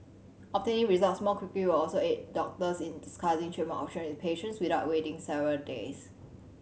obtaining results more quickly will also aid doctors in discussing treatment option with patients without waiting several days